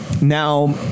Now